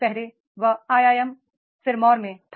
पहले वह I I M Sirmaur में था